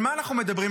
על מה אנחנו מדברים,